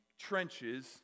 trenches